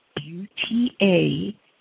U-T-A